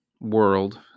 world